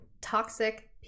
toxic